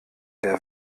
der